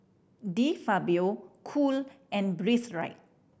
De Fabio Cool and Breathe Right